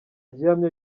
gihamya